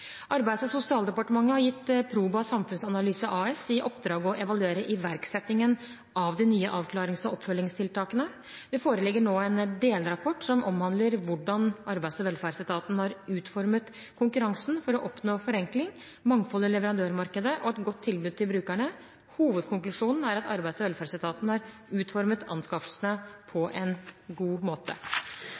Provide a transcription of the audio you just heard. Arbeids- og sosialdepartementet har gitt Proba samfunnsanalyse AS i oppdrag å evaluere iverksettingen av de nye avklarings- og oppfølgingstiltakene. Det foreligger nå en delrapport som omhandler hvordan Arbeids- og velferdsetaten har utformet konkurransen for å oppnå forenkling, mangfold i leverandørmarkedet og et godt tilbud til brukerne. Hovedkonklusjonen er at Arbeids- og velferdsetaten har utformet anskaffelsene på en god måte.